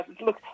look